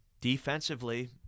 Defensively